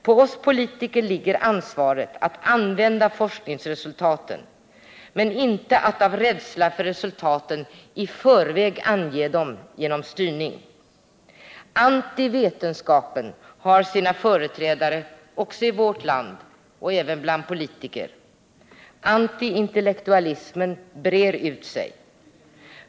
På oss politiker ligger ansvaret att använda forskningsresultaten, men inte att av rädsla för resultaten i förväg ange dem genom styrning. Antivetenskapen har sina företrädare också i vårt land, även bland politiker. Antiintellektualismen breder ut sig.